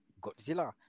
Godzilla